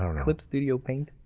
um clip studio paint.